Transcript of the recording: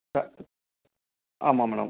சா ஆமாம் மேடம்